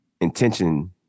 Intention